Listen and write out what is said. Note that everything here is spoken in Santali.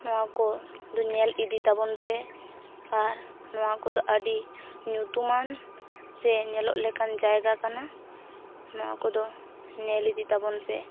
ᱱᱚᱣᱟᱠᱚ ᱫᱚ ᱧᱮᱞ ᱤᱫᱤ ᱛᱟᱵᱚᱱᱯᱮ ᱟᱨ ᱱᱚᱣᱟ ᱠᱚᱫᱚ ᱟᱹᱰᱤ ᱧᱩᱛᱩᱢᱟ ᱥᱮ ᱧᱮᱞᱚᱜ ᱞᱮᱠᱟᱱ ᱡᱟᱭᱜᱟ ᱠᱟᱱᱟ ᱱᱚᱣᱟ ᱠᱚᱫᱚ ᱧᱮᱞ ᱤᱫᱤ ᱛᱟᱵᱚᱱᱯᱮ